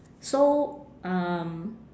so um